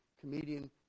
comedian